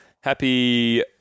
happy